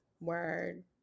Word